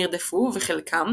נרדפו וחלקם,